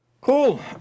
Cool